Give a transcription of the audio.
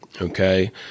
okay